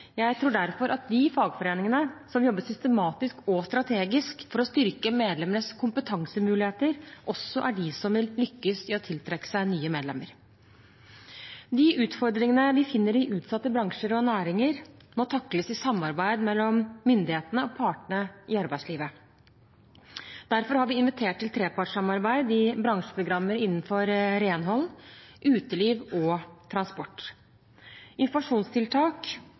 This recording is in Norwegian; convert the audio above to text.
Jeg tror derfor at de fagforeningene som jobber systematisk og strategisk for å styrke medlemmenes kompetansemuligheter, også er de som vil lykkes i å tiltrekke seg nye medlemmer. De utfordringene vi finner i utsatte bransjer og næringer, må takles i samarbeid mellom myndighetene og partene i arbeidslivet. Derfor har vi invitert til trepartssamarbeid i bransjeprogrammene innenfor renhold, uteliv og transport. Informasjonstiltak